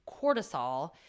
cortisol